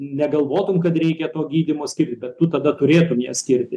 negalvotum kad reikia to gydymo skirt bet tu tada turėtum ją skirti